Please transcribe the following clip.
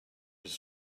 his